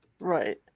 Right